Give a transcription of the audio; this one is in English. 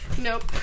Nope